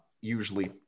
usually